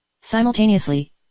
Simultaneously